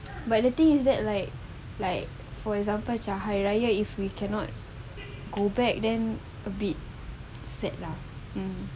but the thing is that like like for example macam hari raya if we cannot go back then a bit sad lah mm